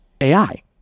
AI